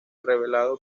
revelado